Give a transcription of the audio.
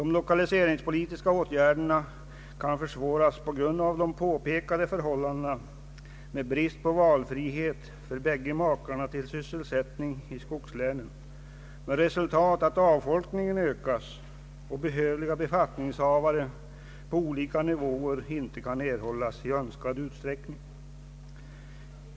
De lokaliseringspolitiska åtgärderna kan försvåras på grund av de påpekade förhållandena med brist på valfrihet för båda makarna till sysselsättning i skogslänen, som får till resultat att avfolkningen ökas och behövliga befattningshavare på olika nivåer inte kan erhållas i önskvärd utsträckning.